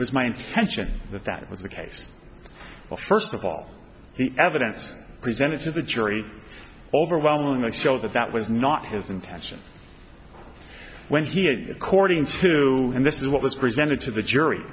it's my intention that that was the case well first of all the evidence presented to the jury overwhelmingly show that that was not his intention when he according to and this is what was presented to the jury